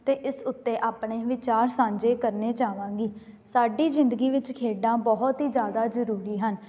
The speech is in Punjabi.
ਅਤੇ ਇਸ ਉੱਤੇ ਆਪਣੇ ਵਿਚਾਰ ਸਾਂਝੇ ਕਰਨੇ ਚਾਵਾਂਗੀ ਸਾਡੀ ਜ਼ਿੰਦਗੀ ਵਿੱਚ ਖੇਡਾਂ ਬਹੁਤ ਹੀ ਜ਼ਿਆਦਾ ਜ਼ਰੂਰੀ ਹਨ